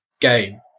game